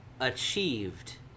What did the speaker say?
achieved